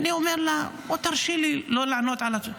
ואני אומר לה: תרשי לי לא לענות על השאלה.